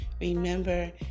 remember